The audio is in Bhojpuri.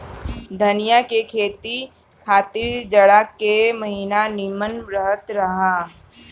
धनिया के खेती खातिर जाड़ा के महिना निमन रहत हअ